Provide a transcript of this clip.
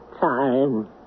time